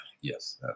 Yes